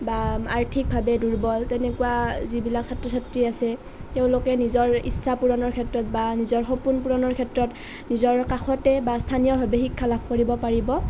বা আৰ্থিকভাৱে দুৰ্বল তেনেকুৱা যিবিলাক ছাত্ৰ ছাত্ৰী আছে তেওঁলোকে নিজৰ ইচ্ছা পূৰণৰ ক্ষেত্ৰত বা নিজৰ সপোন পূৰণৰ ক্ষেত্ৰত নিজৰ কাষতে বা স্থানীয়ভাৱে শিক্ষা লাভ কৰিব পাৰিব